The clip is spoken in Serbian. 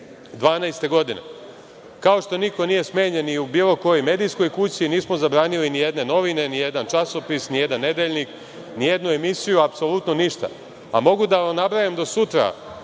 2012. godine, kao što niko nije smenjen ni u bilo kojoj medijskoj kući, nismo zabranili nijedne novine, nijedan časopis, nijedan nedeljnik, nijednu emisiju, apsolutno ništa. Mogu da vam nabrajam do sutra